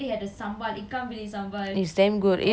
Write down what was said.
it's damn good it's not spicy at all also